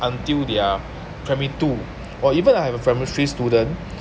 until they are primary two or even I have a primary three student